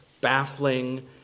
baffling